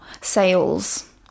sales